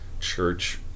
church